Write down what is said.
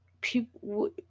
people